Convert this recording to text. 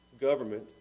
government